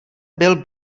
byl